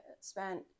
spent